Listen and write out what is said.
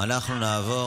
אנחנו נעבור